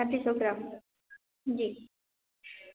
पैंतीस सौ ग्राम जी